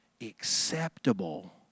Acceptable